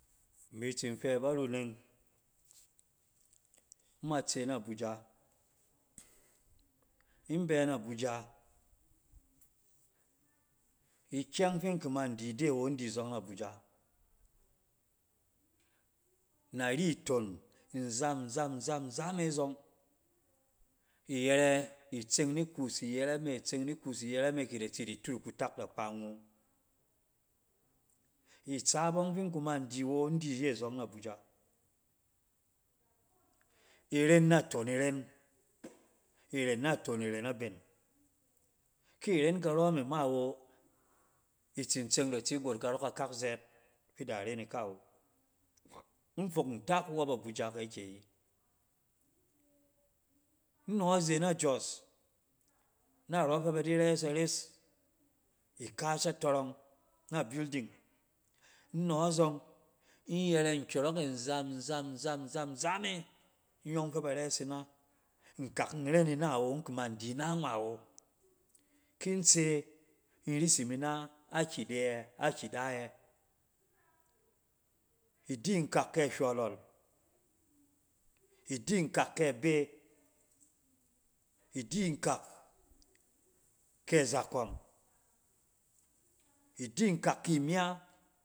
Imi tsin fɛ aba runneng, ima tse na abuja. In bɛ na abuja, ikyɛng fin ki man di ide awo, in di zɔng na abuja. Nari ton, nzam-nzam-nzam-nzam e zɔng. Iyere itseng ni kus iyere me, itseng ni kus iyɛrɛ me ki ida tsi di turuk kutak ida kpa ngung. Itsaap ing fin kuman di awo, in di iye zɔng na abuja. Iren naton iren, iren naton iren na ben. ki ren karɔ me ma wɔ, itsin tsengida tsi got karɔ kakak zɛɛt fi da iren ika awo. in fok nta kuwɔp abuja kɛ akyɛ yi. Inɔɔ ze na jos, narɔ fɛ ba di rɛs ares ikaas atɔrɔng na building, inɔɔ zɔng, in yɛrɛ nkyɔrɔk nzam-nzam-nzam-nzam-zam e in yɔng fɛ ba rɛs ina. Nkak nren ina wo, in kuman di ina ngma awo. kin tse in risim ina akyi de yɛ? Akyi da yɛ? Idi nkak ke hywolol, idi nkak kɛ abe, idi nkak kɛ azɛkɔm, idi nkak kɛ abe, idi nkak kɔ azɔkɔm, idi nkak ki imya